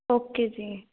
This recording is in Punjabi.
ਓਕੇ ਜੀ